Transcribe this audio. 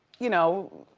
you know,